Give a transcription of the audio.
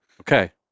Okay